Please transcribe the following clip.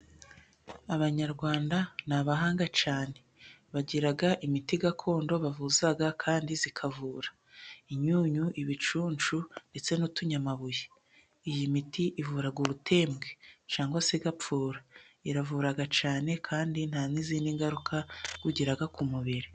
Abanyarwanda ni abahanga cyane bagira imiti gakondo bavuza kandi ikavura. Imyunyu, ibicuncu ndetse n'utunyamabuye. Iyi miti ivura ubutembwe cyangwa se gapfura. Iravura cyane kandi nta n'izindi ngaruka ugira ku mubiri.